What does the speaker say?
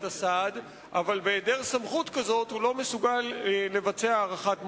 הסעד אבל בהעדר סמכות כזאת הוא לא מסוגל לבצע הארכת מועדים.